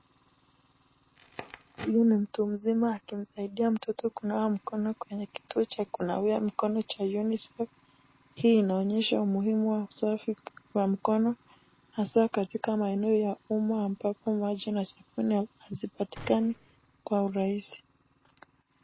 Huyu ni mtu mzima akimsaidia mtoto kunawa mkono kwenye kituo cha kunawia mikono cha UNICEF. Hii inaonyesha umuhimu wa usafi wa mikono hasa katika maeneo ya umma ambapo maji na sabuni hazipatikani kwa urahisi.